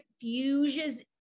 fuses